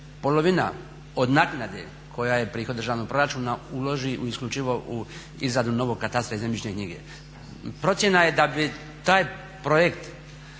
polovina od naknade koja je prihod državnog proračuna uloži isključivo u izradu novog katastra i zemljišne knjige. Procjena je da bi taj projekt